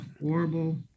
horrible